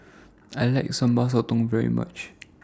I like Sambal Sotong very much